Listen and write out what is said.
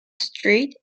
street